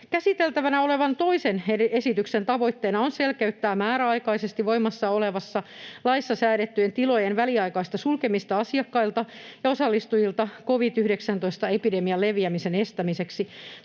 Käsiteltävänä olevan toisen esityksen tavoitteena on selkeyttää määräaikaisesti voimassa olevassa laissa säädettyjen tilojen väliaikaista sulkemista asiakkailta ja osallistujilta covid-19-epidemian leviämisen estämiseksi.